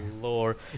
Lord